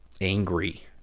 angry